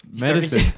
medicine